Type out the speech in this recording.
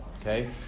okay